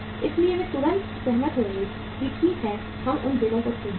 इसलिए वे तुरंत सहमत होंगे कि ठीक है हम इन बिलों को छूट देंगे